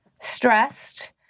stressed